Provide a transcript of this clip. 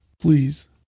Please